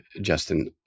justin